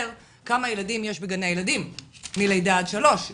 כמה ילדים יש בגני הילדים מלידה עד שלוש,